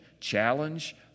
challenge